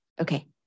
Okay